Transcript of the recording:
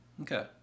Okay